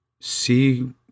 see